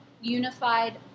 unified